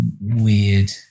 weird